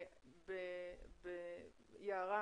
יערה